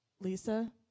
Lisa